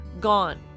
gone